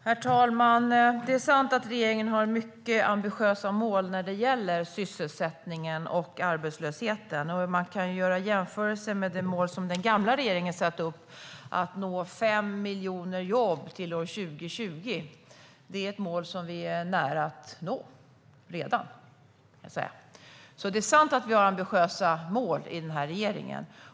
Herr talman! Det är sant att regeringen har mycket ambitiösa mål när det gäller sysselsättningen och arbetslösheten. Man kan göra jämförelser med det mål som den tidigare regeringen satte upp, nämligen att nå 5 miljoner jobb till år 2020. Det är ett mål som vi redan är nära att nå. Det är sant att vi har ambitiösa mål i regeringen.